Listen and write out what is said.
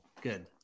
good